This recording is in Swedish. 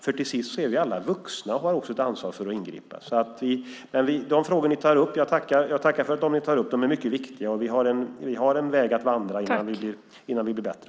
För till sist är vi alla vuxna och har också ett ansvar att ingripa. Jag tackar för att ni tar upp dessa frågor. De är mycket viktiga, och vi har en väg att vandra innan vi blir bättre.